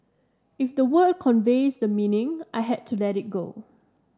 if the word conveys the meaning I had to let it go